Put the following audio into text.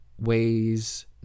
ways